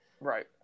right